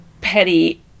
petty